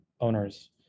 owners